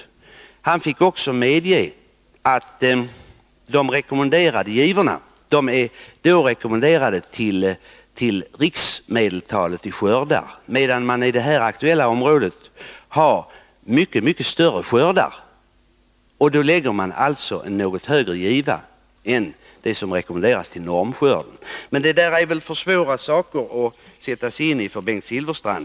Naturvårdsverkets representant fick också medge att de rekommenderade givorna hänförde sig till riksmedeltalet för skördar, medan man i det här aktuella området har mycket större skördar, vilket gör att man lägger en något högre giva än det som har rekommenderats för normskörden. Men detta är väl frågor som är för svåra att sätta sig in i för Bengt Silfverstrand.